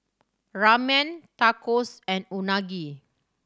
Ramen Tacos and Unagi